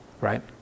right